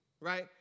right